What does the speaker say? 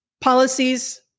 policies